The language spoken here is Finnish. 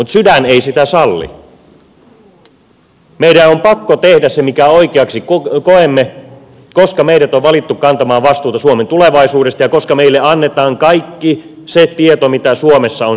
meidän on pakko tehdä se minkä oikeaksi koemme koska meidät on valittu kantamaan vastuuta suomen tulevaisuudesta ja koska meille annetaan kaikki se tieto mikä suomessa on saatavissa